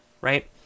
Right